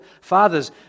Fathers